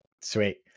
Sweet